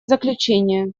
заключение